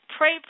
Pray